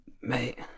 Mate